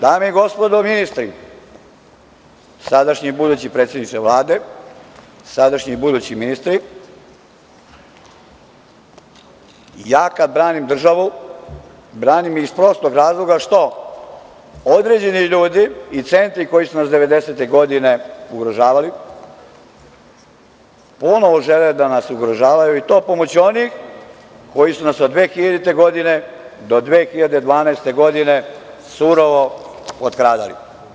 Dame i gospodo ministri, sadašnji i budući predsedniče Vlade, sadašnji i budući ministri, ja kada branim državu branim iz prostog razloga što određeni ljudi i centri koji su nas devedesetih godina ugrožavali ponovo žele da nas ugrožavaju i to pomoću onih koji su nas od 2000. godine do 2012. godine surovo potkradali.